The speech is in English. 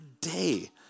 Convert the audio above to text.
day